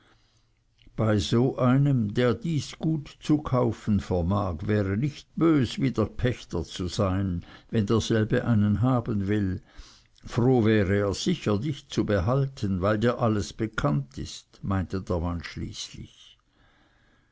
bei so einem der dies gut zu kaufen vermag wäre nicht bös wieder pächter zu sein wenn derselbe einen haben will froh wäre er sicher dich zu behalten weil dir alles bekannt ist meinte der mann schließlich